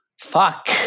Fuck